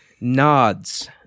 nods